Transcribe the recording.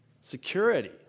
security